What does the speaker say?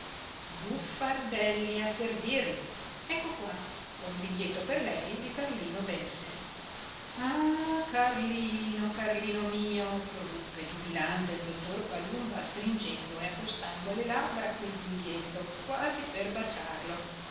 ecco qua ho un biglietto per lei di carlino bersi ah carlino carlino mio proruppe giubilante il dottor palumba stringendo e accostando alle labbra quel biglietto quasi per baciarlo